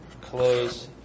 close